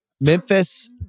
Memphis